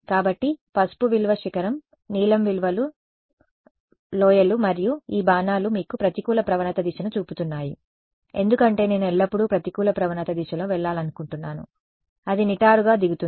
కాబట్టి పసుపు విలువ శిఖరం నీలం విలువలు లోయలు మరియు ఈ బాణాలు మీకు ప్రతికూల ప్రవణత దిశను చూపుతున్నాయి ఎందుకంటే నేను ఎల్లప్పుడూ ప్రతికూల ప్రవణత దిశలో వెళ్లాలనుకుంటున్నాను అది నిటారుగా దిగుతుంది